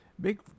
Big